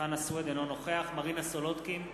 אינו נוכח מרינה סולודקין,